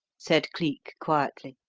said cleek quietly.